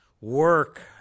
work